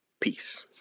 Peace